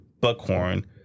buckhorn